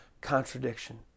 contradiction